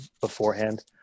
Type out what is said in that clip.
beforehand